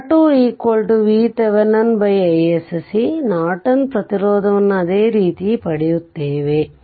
ಆದ್ದರಿಂದ R2 VThevenin iSC Norton ಪ್ರತಿರೋಧವನ್ನು ಅದೇ ರೀತಿ ಪಡೆಯುತ್ತೇವೆ